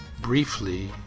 briefly